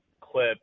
clip